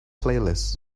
playlist